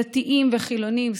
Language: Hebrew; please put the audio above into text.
דתיים וחילונים,